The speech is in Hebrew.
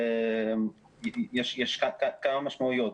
יש כמה משמעויות.